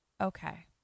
Okay